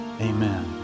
amen